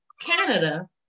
Canada